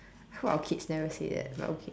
hope our kids never say that but okay